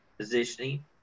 Positioning